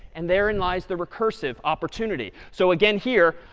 and therein lies the recursive opportunity. so again here,